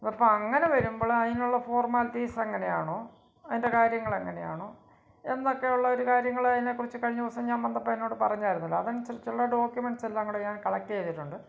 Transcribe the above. അപ്പോള് അങ്ങനെ വരുമ്പോള് അതിനുള്ള ഫോർമാലിറ്റീസെങ്ങനെയാണോ അതിൻ്റെ കാര്യങ്ങളെങ്ങനെയാണോ എന്നക്കെയുള്ള ഒരു കാര്യങ്ങള് അതിനെക്കുറിച്ച് കഴിഞ്ഞ ദിവസം ഞാൻ വന്നപ്പോള് എന്നോട് പറഞ്ഞായിരുന്നല്ലോ അതനുസരിച്ചുള്ള ഡോക്യുമെൻറ്റ്സ് എല്ലാങ്കൂടെ ഞാൻ കളക്റ്റ് ചെയ്തിട്ടുണ്ട്